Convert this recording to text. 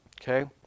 Okay